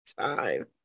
time